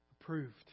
approved